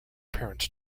parents